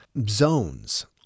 zones